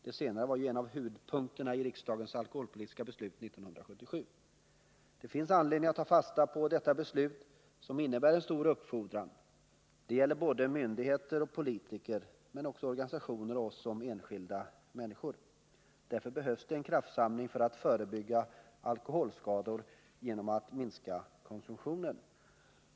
Det senare var ju en av huvudpunkterna i riksdagens alkoholpolitiska beslut 1977. Det finns anledning att ta fasta på detta beslut, som innebär en stor uppfordran. Det gäller både myndigheter och politiker men också organisationer och oss som enskilda människor. Därför behövs det en kraftsamling för att förebygga alkoholskador genom att minska konsumtionen.